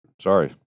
Sorry